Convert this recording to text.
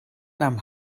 nahm